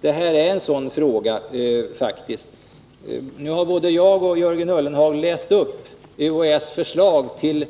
Det här är faktiskt en sådan fråga. Nu har både jag och Jörgen Ullenhag läst upp UHÄ:s förslag till